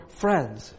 friends